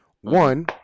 one